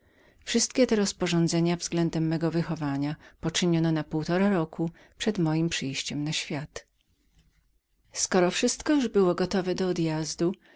wszystkie te rozporządzenia względem mego wychowania poczyniono na rok przed mojem przyjściem na świat skoro wszystko już było gotowe do odjazdu